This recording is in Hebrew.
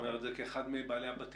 אתה אומר את זה כאחד מבעלי הבתים.